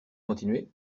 continuez